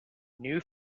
new